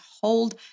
hold